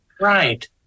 right